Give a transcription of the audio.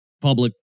public